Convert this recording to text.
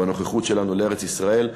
בנוכחות שלנו בארץ-ישראל.